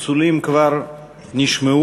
הצלצולים כבר נשמעו.